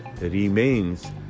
remains